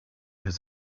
his